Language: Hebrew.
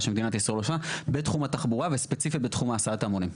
שמדינת ישראל עושה בתחום התחבורה וספציפית בתחום הסעת ההמונים.